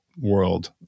world